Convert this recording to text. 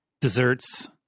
desserts